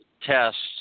tests